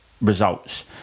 results